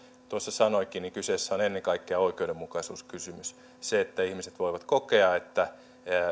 tuossa sanoikin kyseessä on ennen kaikkea oikeudenmukaisuuskysymys se että ihmiset voivat kokea että